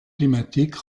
climatiques